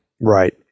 Right